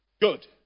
good